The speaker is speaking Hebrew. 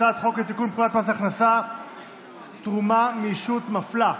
הצעת חוק לתיקון פקודת מס הכנסה (תרומה מישות מפלה),